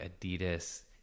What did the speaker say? Adidas